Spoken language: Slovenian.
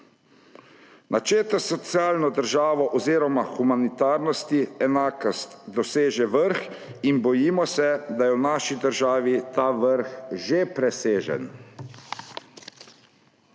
Načelo socialne države oziroma humanitarnosti, enakost doseže vrh; in bojimo se, da je v naši državi ta vrh že presežen.